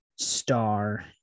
star